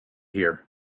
here